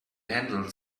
handle